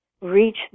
reach